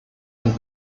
ein